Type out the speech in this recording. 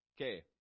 Okay